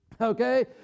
Okay